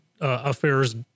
affairs